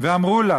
ואמרו לה